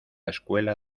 escuela